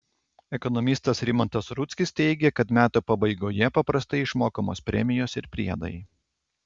ekonomistas rimantas rudzkis teigia kad metų pabaigoje paprastai išmokamos premijos ir priedai